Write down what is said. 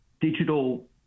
digital